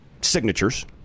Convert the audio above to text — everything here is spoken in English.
signatures